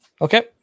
Okay